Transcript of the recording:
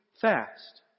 fast